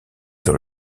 dans